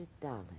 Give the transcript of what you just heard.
dollars